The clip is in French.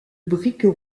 briques